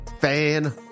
fan